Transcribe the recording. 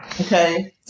Okay